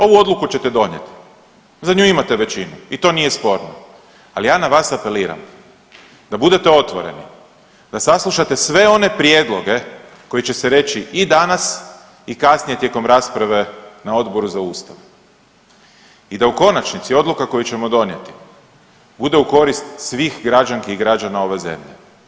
Ovu odluku ćete donijeti, za nju imate većinu i to nije sporno, ali ja na vas apeliram da budete otvoreni, da saslušate sve one prijedloge koji će se reći i danas i kasnije tijekom rasprave na Odboru za Ustav i da u konačnici odluka koju ćemo donijeti bude u korist svih građanki i građana ove zemlje.